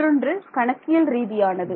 மற்றொன்று கணக்கியல் ரீதியானது